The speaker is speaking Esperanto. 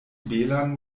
belan